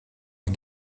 est